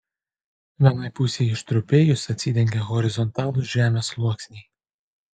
vienai pusei ištrupėjus atsidengė horizontalūs žemės sluoksniai